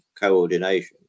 coordination